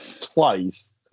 Twice